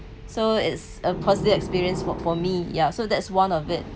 so is a positive experience for for me ya so that's one of it